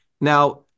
Now